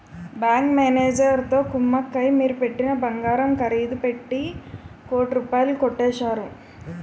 bank మేనేజరుతో కుమ్మక్కై మీరు పెట్టిన బంగారం ఖరీదు పెట్టి కోటి రూపాయలు కొట్టేశారు